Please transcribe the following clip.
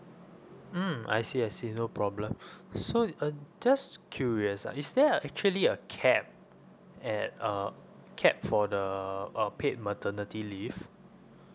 mm I see I see no problem so it um just curious uh is there a actually a cap at uh cap for the uh paid maternity leave